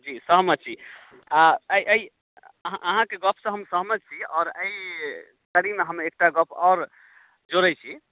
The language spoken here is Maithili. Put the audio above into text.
जी सहमति आ एहि अहाँकेँ गपसँ हम सहमत छी आओर एहि कड़ीमे हम एकटा गप आओर जोड़ैत छी